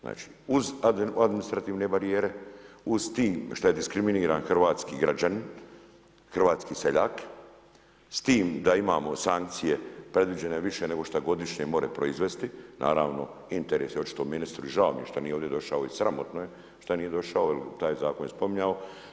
Znači uz administrativne barijere, uz to što je diskriminiran hrvatski građanin, hrvatski seljak, s time da imamo sankcije predviđene više nego što godišnje može proizvesti, naravno interes je očito u ministru i žao mi je što nije ovdje došao i sramotno je šta nije došao jer taj zakon je spominjao.